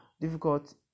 difficult